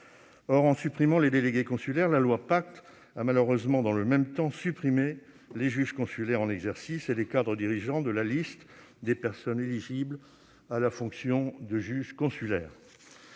Or, en supprimant les délégués consulaires, la loi Pacte a malheureusement, dans le même temps, supprimé les juges consulaires en exercice et les cadres dirigeants de la liste des personnes éligibles à la fonction de juge consulaire.